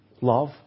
love